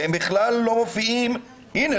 שהם בכלל לא מופיעים הנה,